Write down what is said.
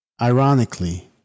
Ironically